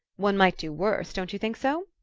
one might do worse, don't you think so?